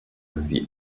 wie